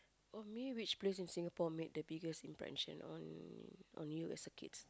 for me which place in Singapore made the biggest impression on on you as a kids